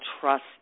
trust